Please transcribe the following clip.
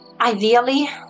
Ideally